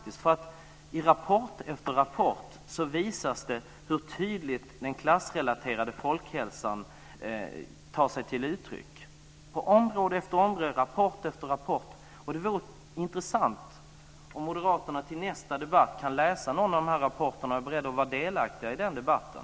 I rapport efter rapport visas hur tydligt den klassrelaterade folkhälsan tar sig uttryck - på område efter område, i rapport efter rapport. Det vore intressant om moderaterna till nästa debatt kunde läsa någon av de här rapporterna och vara beredda att delta i den här debatten.